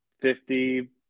fifty